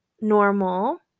normal